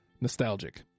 nostalgic